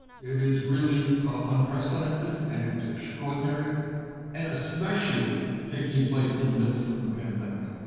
it is really unprecedented, and it's extraordinary and especially taking place in the midst of the pandemic.